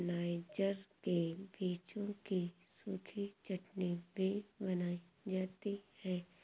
niger के बीजों की सूखी चटनी भी बनाई जाती है